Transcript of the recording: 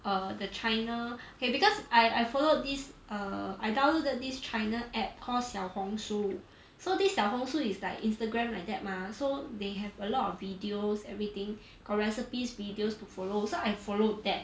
err the china okay because I I followed this err I downloaded this china app call 小红书 so this 小红书 is like instagram like that mah so they have a lot of videos everything got recipes videos to follow so I followed that